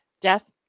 death